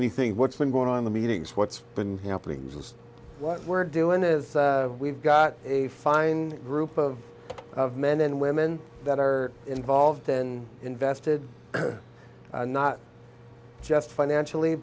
anything what's been going on the meetings what's been happening is this what we're doing is we've got a fine group of men and women that are involved and invested not just financially